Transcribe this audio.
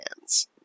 hands